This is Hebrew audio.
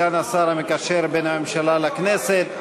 סגן השר המקשר בין הממשלה לכנסת.